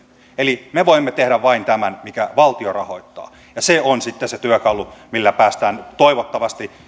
eli me voimme tehdä vain tämän minkä valtio rahoittaa ja se on sitten se työkalu millä päästään toivottavasti